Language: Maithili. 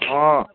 हँ